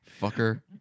fucker